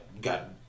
got